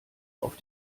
auf